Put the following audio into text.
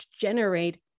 generate